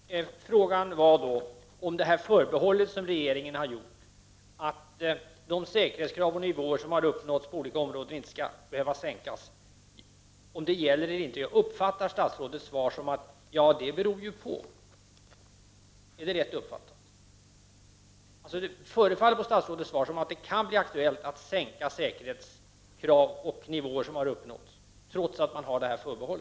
Herr talman! Frågan var, om det förbehåll som regeringen har gjort, att de säkerhetskrav och nivåer som har uppnåtts på olika nivåer inte skall behöva sänkas, gäller eller inte. Jag uppfattar statsrådets svar som: ”Ja, det beror på”. Är det rätt uppfattat? Det förefaller på statsrådets svar som om det kan bli aktuellt att sänka säkerhetskrav och nivåer som har uppnåtts, trots detta förbehåll.